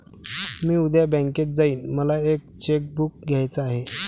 मी उद्या बँकेत जाईन मला एक चेक बुक घ्यायच आहे